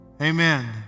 Amen